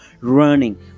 running